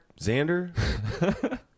Xander